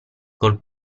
col